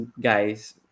guys